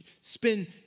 spend